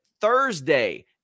Thursday